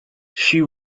she